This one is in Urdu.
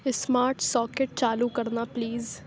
اسمارٹ ساکٹ چالو کرنا پلیز